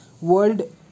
world